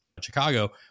Chicago